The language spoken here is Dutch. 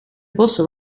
bossen